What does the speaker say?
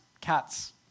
cats